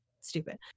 stupid